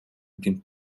been